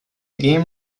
game